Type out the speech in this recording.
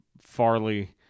Farley